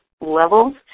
levels